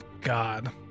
God